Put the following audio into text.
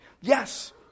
Yes